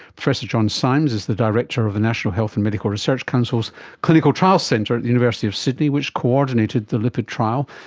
professor john simes is the director of the national health and medical research council's clinical trials centre at the university of sydney which coordinated the lipid trial,